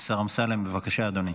השר אמסלם, בבקשה, אדוני.